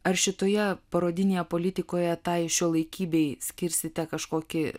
ar šitoje parodinėje politikoje tai šiuolaikybei skirsite kažkokį